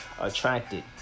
attracted